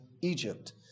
Egypt